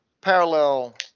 parallel